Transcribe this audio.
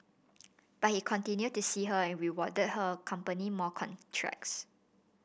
but he continued to see her and rewarded her company more contracts